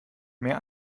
mehr